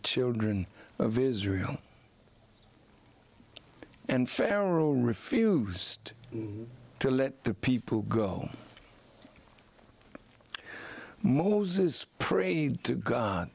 children of israel and feral refused to let the people go moses prayed to god